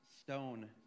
stone